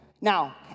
Now